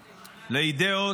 לאידיאות.